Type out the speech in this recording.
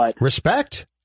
Respect